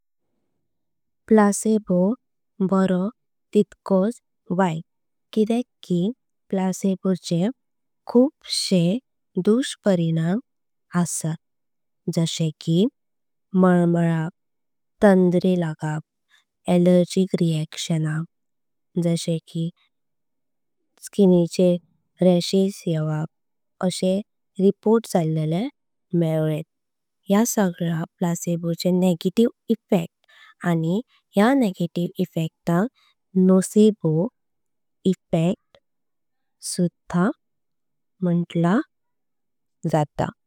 प्लासेबो बारो तितकोच वैत किदेक की प्लासेबो चे। खूब शे दुश परिणाम अस्त जेसे की मालयाळप तंद्रि। ॲलर्जिक रिअक्शन जेसे की टीचर रॅशेस येपाव अशे। रिपोर्ट जल्लाले मेलालेट या सगले प्लासेबो चे नेगेटिव इफेक्ट। आनी या नेगेटिव इफेक्ट ताक नोसेबो इफेक्ट सुध्हा म्हंतला जाता।